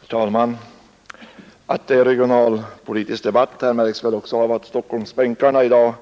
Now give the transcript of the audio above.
Herr talman! Att det är regionalpolitisk debatt märks genom att Stockholmsbänkarna i dag